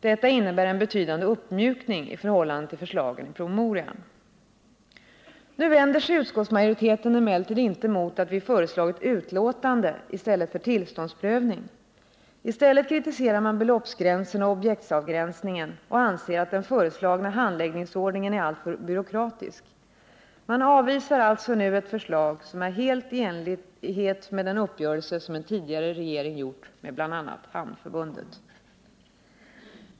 Detta innebär en betydande uppmjukning i förhållande till förslaget i promemorian. Nu vänder sig utskottsmajoriteten emellertid inte mot att vi föreslagit utlåtande i stället för tillståndsprövning. I stället kritiserar man beloppsgränsen och objektsavgränsningen och anser att den föreslagna handläggningsordningen är alltför byråkratisk. Man avvisar alltså nu ett förslag som är helt i enlighet med den uppgörelse som en tidigare regering gjort med bl.a. Hamnförbundet.